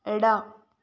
ಎಡ